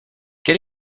quel